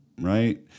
Right